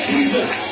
Jesus